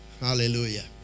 Hallelujah